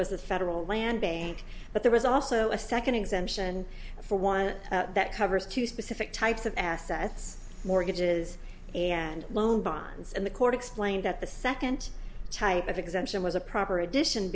the federal land bank but there was also a second exemption for one that covers two specific types of assets mortgages and loan bonds and the court explained that the second type of exemption was a proper addition